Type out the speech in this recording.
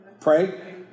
Pray